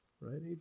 right